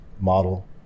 model